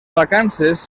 vacances